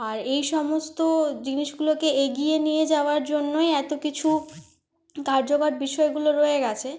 আর এই সমস্ত জিনিসগুলোকে এগিয়ে নিয়ে যাওয়ার জন্যই এত কিছু কার্যকর বিষয়গুলো রয়ে গিয়েছে